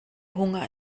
hunger